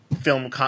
film